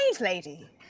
lady